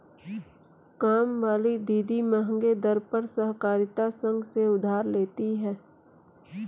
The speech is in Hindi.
कामवाली दीदी महंगे दर पर सहकारिता संघ से उधार लेती है